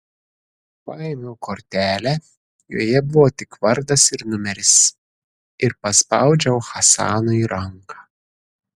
paėmiau kortelę joje buvo tik vardas ir numeris ir paspaudžiau hasanui ranką